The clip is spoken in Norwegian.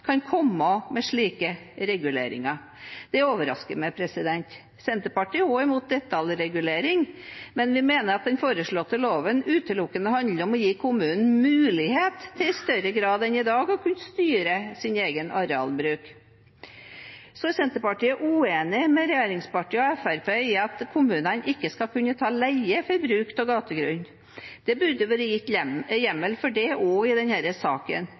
kan komme med slike reguleringer. Det overrasker meg. Senterpartiet er også imot detaljregulering, men vi mener at den foreslåtte loven utelukkende handler om å gi kommunen mulighet til i større grad enn i dag å kunne styre sin egen arealbruk. Så er Senterpartiet uenig med regjeringspartiene og Fremskrittspartiet i at kommunene ikke skal kunne ta leie for bruk av gategrunn. Det burde ha vært gitt hjemmel for det også i denne saken.